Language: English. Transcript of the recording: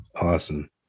Awesome